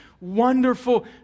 wonderful